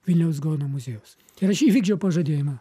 vilniaus gaono muziejaus ir aš įvykdžiau pažadėjimą